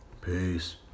Peace